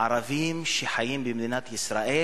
הערבים שחיים במדינת ישראל